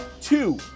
two